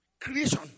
Creation